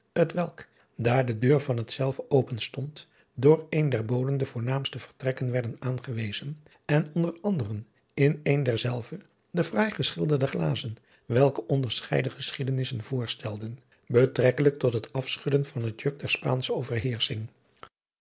t welk daar de deur van hetzelve openstond door een der boden de voornaamste vertrekken werden aangewezen en onder anderen in een derzelve de fraai geschilderde glazen welke onderscheiden geschiedenissen voorstelden betrekkelijk tot het afschudden van het juk der spaansche overheersching